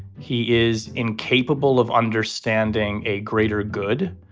he is incapable of understanding a greater good.